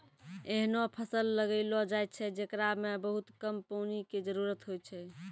ऐहनो फसल लगैलो जाय छै, जेकरा मॅ बहुत कम पानी के जरूरत होय छै